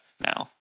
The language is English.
now